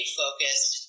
focused